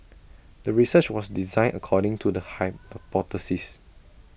the research was designed according to the hypothesis